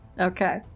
Okay